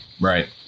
Right